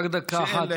רק דקה אחת.